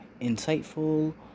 insightful